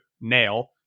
nail